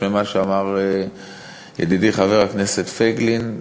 למה שאמר ידידי חבר הכנסת פייגלין.